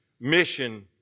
mission